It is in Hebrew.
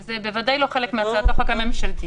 זה בוודאי לא חלק מהצעת החוק הממשלתית.